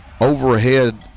overhead